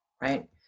right